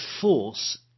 force